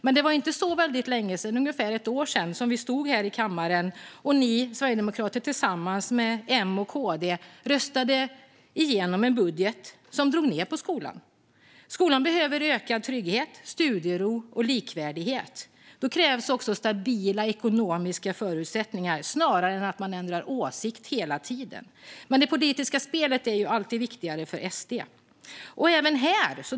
Men det var inte så väldigt länge sedan, ungefär ett år sedan, som vi stod här i kammaren och ni sverigedemokrater tillsammans M och KD röstade igenom en budget som drog ned på skolan. Skolan behöver ökad trygghet, studiero och likvärdighet. Då krävs också stabila ekonomiska förutsättningar snarare än att man ändrar åsikt hela tiden. Det politiska spelet är dock alltid viktigare för Sverigedemokraterna.